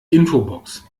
infobox